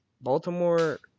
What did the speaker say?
Baltimore